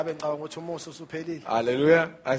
Hallelujah